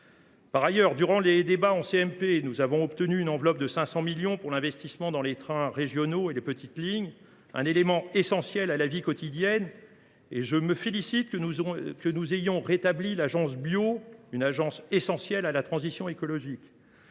Par ailleurs, en CMP, nous avons obtenu une enveloppe de 500 millions d’euros d’investissements dans les trains régionaux et les petites lignes, qui constituent un élément essentiel dans la vie quotidienne. Je me réjouis aussi que nous ayons rétabli l’Agence Bio, une agence essentielle à la transition écologique.